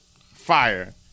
fire